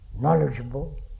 knowledgeable